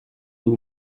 two